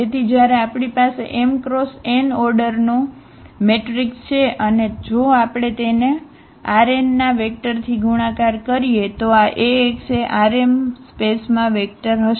તેથી જ્યારે આપણી પાસે m ક્રોસ n ઓર્ડરનો મેટ્રિક્સ છે અને જો આપણે તેને Rn ના વેક્ટરથી ગુણાકાર કરીએ તો આ Ax એ Rm સ્પેસમાં વેક્ટર હશે